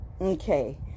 Okay